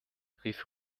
rief